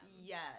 yes